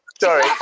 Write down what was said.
Sorry